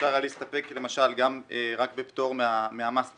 אפשר היה להסתפק למשל גם רק בפטור מהמס עצמו,